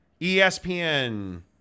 ESPN